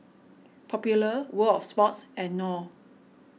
Popular World of Sports and Knorr